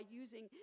using